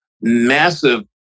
massive